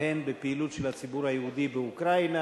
הן בפעילות של הציבור היהודי באוקראינה,